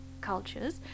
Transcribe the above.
cultures